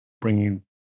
bringing